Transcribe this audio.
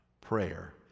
prayer